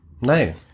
No